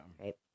Right